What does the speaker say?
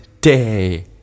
day